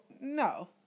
No